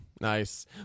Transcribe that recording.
Nice